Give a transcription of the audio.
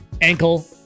ankle